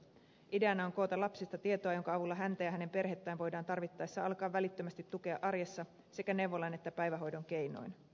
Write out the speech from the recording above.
ideana on koota lapsista tietoa jonka avulla häntä ja hänen perhettään voidaan tarvittaessa alkaa välittömästi tukea arjessa sekä neuvolan että päivähoidon keinoin